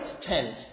tent